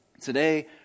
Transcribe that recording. Today